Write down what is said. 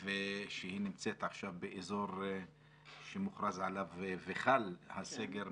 ושהיא נמצאת עכשיו באזור שמוכרז עליו וחל הסגר,